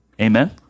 Amen